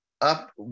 up